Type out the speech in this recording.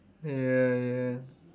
ya ya